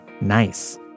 Nice